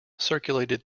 circulated